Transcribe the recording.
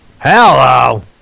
Hello